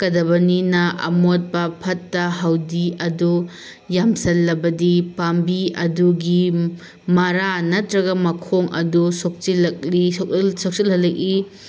ꯀꯗꯕꯅꯤꯅ ꯑꯃꯣꯠꯄ ꯐꯠꯇ ꯍꯧꯗꯤ ꯑꯗꯣ ꯌꯥꯝꯁꯜꯂꯕꯗꯤ ꯄꯥꯝꯕꯤ ꯑꯗꯨꯒꯤ ꯃꯔꯥ ꯅꯠꯇ꯭ꯔꯒ ꯃꯈꯣꯡ ꯑꯗꯣ ꯁꯣꯛꯆꯤꯜꯍꯜꯂꯛꯏ